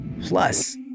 plus